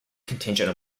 contingent